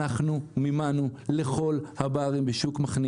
אנחנו מימנו לכל הברים בשוק מחנה